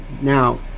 now